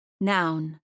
Noun